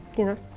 you know,